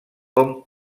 com